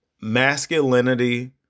Masculinity